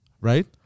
Right